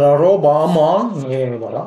la roba a man e voilà